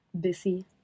busy